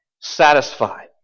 satisfied